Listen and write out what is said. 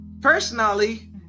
personally